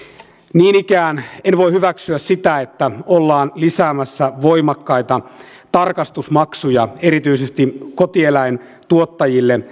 niin ikään en voi hyväksyä sitä että ollaan lisäämässä voimakkaita tarkastusmaksuja erityisesti kotieläintuottajille